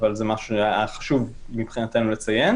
אבל זה משהו שהיה חשוב מבחינתנו לציין